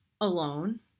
alone